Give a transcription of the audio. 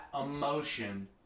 emotion